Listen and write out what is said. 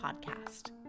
podcast